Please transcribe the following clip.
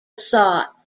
sought